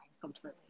completely